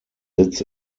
sitz